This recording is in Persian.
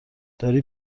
داری